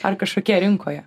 ar kažkokie rinkoje